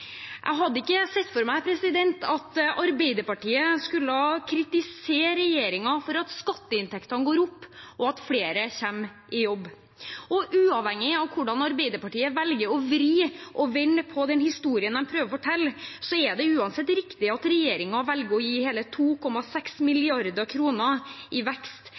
Jeg hadde ikke sett for meg at Arbeiderpartiet skulle kritisere regjeringen for at skatteinntektene går opp og flere kommer i jobb. Uavhengig av hvordan Arbeiderpartiet velger å vri og vende på den historien de prøver å fortelle, er det uansett riktig at regjeringen velger å gi hele 2,6 mrd. kr i vekst